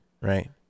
right